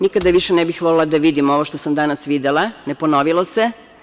Nikada više ne bih volela da vidim ovo što sam danas videla, ne ponovilo se.